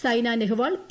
Saina Nehwal P